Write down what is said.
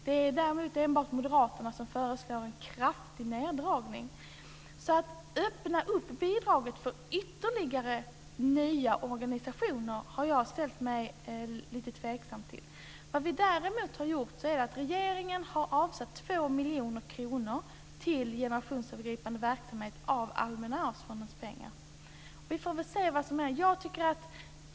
Däremot är det enbart moderaterna som föreslår en kraftig neddragning. Jag har alltså ställt mig lite tveksam till att man ska öppna bidraget för ytterligare nya organisationer. Däremot har regeringen avsatt två miljoner kronor av Vi får väl se vad som händer.